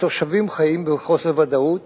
התושבים חיים בחוסר ודאות,